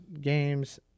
Games